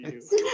Yes